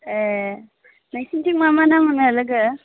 ए नोंसिनिथिं मा मा ना मोनो लोगो